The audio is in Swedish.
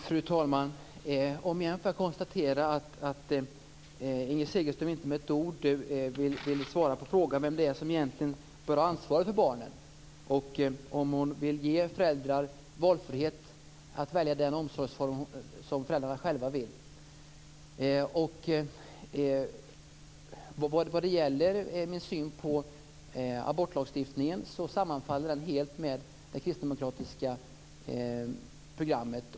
Fru talman! Om igen får jag konstatera att Inger Segelström inte med ett ord vill svara på frågan om vem det är som egentligen bör ha ansvaret för barnen och om hon vill ge föräldrar frihet att välja den omsorgsform som de själva vill ha. Min syn på abortlagstiftningen sammanfaller helt med det kristdemokratiska programmet.